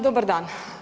Dobar dan.